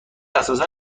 اساسا